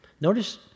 Notice